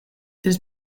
this